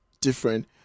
different